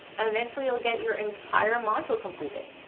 and eventually you'll get your entire module completed.